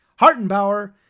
Hartenbauer